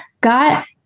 got